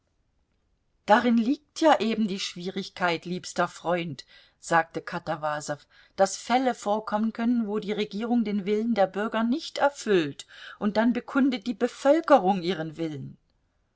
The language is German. darin liegt ja eben die schwierigkeit liebster freund sagte katawasow daß fälle vorkommen können wo die regierung den willen der bürger nicht erfüllt und dann bekundet die bevölkerung ihren willen